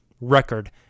record